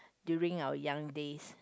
during our young days